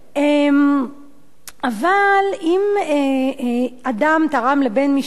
אבל אם אדם תרם לבן משפחתו,